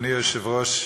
אדוני היושב-ראש,